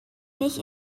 nicht